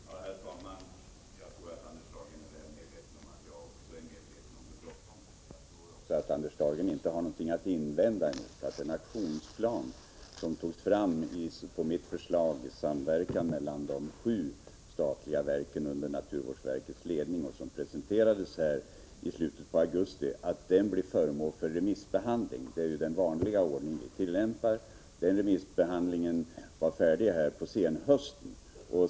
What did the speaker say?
Herr talman! Jag tror att Anders Dahlgren är väl medveten om att också jag är medveten om hur bråttom det är. Jag tror också att Anders Dahlgren inte har något att invända mot att den aktionsplan som på mitt förslag togs fram i samverkan mellan sju statliga verk under naturvårdsverkets ledning och som presenterades i slutet av augusti blir föremål för remissbehandling. Det är ju den ordning vi brukar tillämpa. Denna remissbehandling var färdig under senhösten.